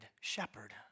shepherd